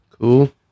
cool